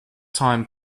time